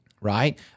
Right